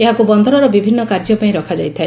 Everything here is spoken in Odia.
ଏହାକୁ ବନ୍ଦରର ବିଭିନୁ କାର୍ଯ୍ୟ ପାଇଁ ରଖାଯାଇଥାଏ